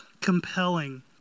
compelling